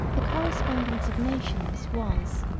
the correspondence of nations was,